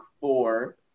four